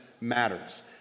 matters